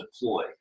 deploy